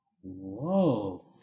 Whoa